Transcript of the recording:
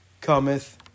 cometh